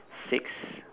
six